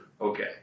Okay